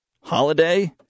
holiday